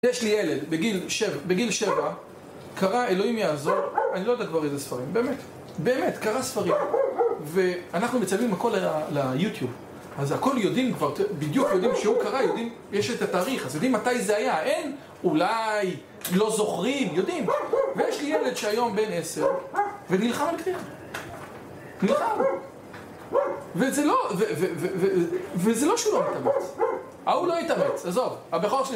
יש לי ילד בגיל 7, קרא, אלוהים יעזור, אני לא יודע כבר איזה ספרים, באמת, באמת, קרא ספרים, ואנחנו מצלמים הכול ליוטיוב, אז הכול יודעים כבר, בדיוק יודעים שהוא קרא, יודעים, יש את התאריך, אז יודעים מתי זה היה, אין "אולי", "לא זוכרים". יודעים! ויש לי ילד שהיום בן 10, ונלחם על קריאה. נלחם. וזה לא... ו... וזה לא שהוא לא מתאמץ, ההוא לא התאמץ, עזוב. הבכור שלי